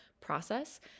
process